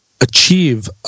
achieve